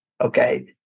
Okay